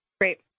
Great